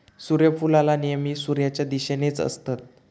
सुर्यफुला नेहमी सुर्याच्या दिशेनेच असतत